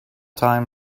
time